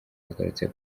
bagarutse